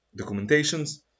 documentations